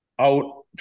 out